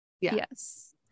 yes